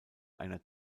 einer